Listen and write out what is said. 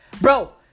Bro